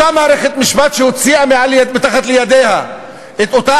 אותה מערכת משפט שהוציאה מתחת ידיה את אותה